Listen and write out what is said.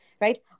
Right